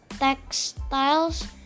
Textiles